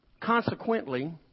Consequently